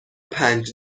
پنج